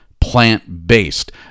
plant-based